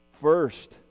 first